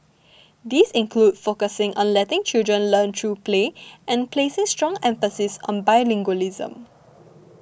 these include focusing on letting children learn through play and placing strong emphasis on bilingualism